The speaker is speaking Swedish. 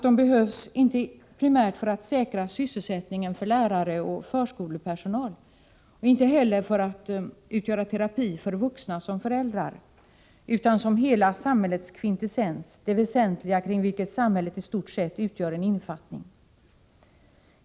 De behövs, inte primärt för att säkra sysselsättningen för lärare och förskolepersonal, inte heller för att utgöra terapi för vuxna som föräldrar, utan som hela samhällets kvintessens, det väsentliga kring vilket samhället i stort sett utgör en infattning.